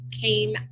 came